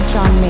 John